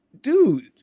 dude